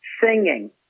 singing